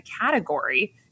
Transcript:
category